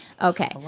Okay